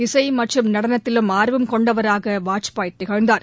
இசை மற்றும் நடனத்திலும் ஆர்வம் கொண்டவராக வாஜ்பாய் திகழ்ந்தார்